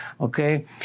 okay